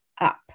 up